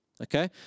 Okay